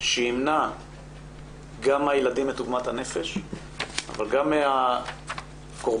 שימנע גם מהילדים את עגמת הנפש אבל גם מן הקורבנות,